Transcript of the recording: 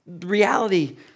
reality